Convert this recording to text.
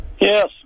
yes